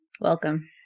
Welcome